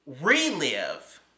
relive